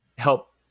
help